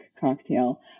cocktail